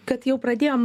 kad jau pradėjom